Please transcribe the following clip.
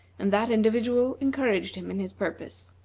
and that individual encouraged him in his purpose.